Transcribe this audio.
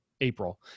April